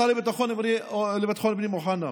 השר לביטחון הפנים אוחנה,